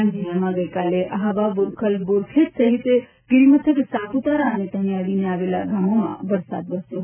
ડાંગ જિલ્લામાં ગઇકાલે આહવા બોરખલ બોરખેત સહિત ગિરિમથક સાપુતારા અને તેને અડીને આવેલ ગામોમાં વરસાદ વરસ્યો હતો